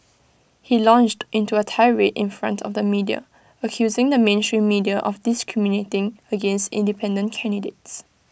he launched into A tirade in front of the media accusing the mainstream media of discriminating against independent candidates